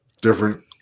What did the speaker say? different